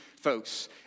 folks